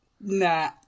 Nah